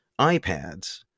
iPads